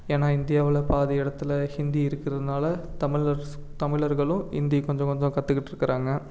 ஏன்னா இந்தியாவில் பாதி இடத்துல ஹிந்தி இருக்கிறதுனால தமிழர்ஸ் தமிழர்களும் ஹிந்தி கொஞ்சம் கொஞ்சம் கற்றுக்கிட்டு இருக்கிறாங்க